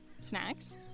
Snacks